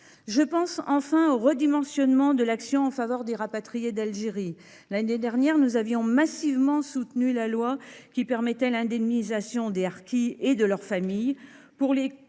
Je pense enfin au redimensionnement de l’action en faveur des rapatriés d’Algérie. L’année dernière, nous avions massivement soutenu la loi permettant l’indemnisation des harkis et de leurs familles pour les